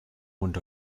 want